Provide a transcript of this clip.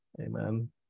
Amen